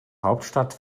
hauptstadt